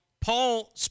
Paul